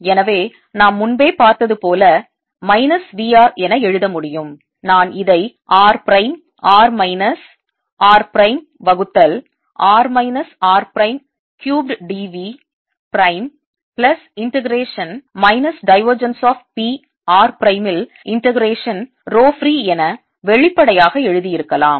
எனவே நாம் முன்பே பார்த்தது போல மைனஸ் V r என எழுத முடியும் நான் இதை r prime r minus r prime வகுத்தல் r minus r prime cubed d v prime plus integration minus divergence of P r பிரைமில் இண்டெகரேஷன் ரோ ஃப்ரீ என வெளிப்படையாக எழுதியிருக்கலாம்